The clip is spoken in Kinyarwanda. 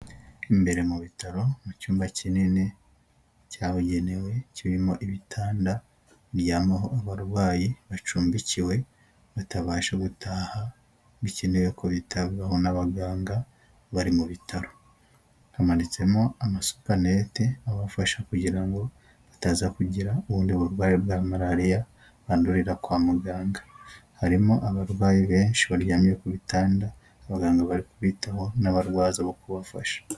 Imbere mu bitaro, mu cyumba kinini cyabugenewe, kirimo ibitanda biryamaho abarwayi bacumbikiwe batabasha gutaha, bikenewe ko bitabwaho n'abaganga, bari mu bitaro, hamanitsemo amasupanete abafasha kugira ngo bataza kugira ubundi burwayi bwa malariya bandurira kwa muganga, harimo abarwayi benshi baryamye ku bitanda abaganga bari kubitaho n'abarwaza bo kubafasha.